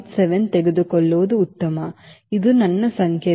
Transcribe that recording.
7 ತೆಗೆದುಕೊಳ್ಳುವುದು ಉತ್ತಮ ಇದು ನನ್ನ ಸಂಖ್ಯೆಗಳು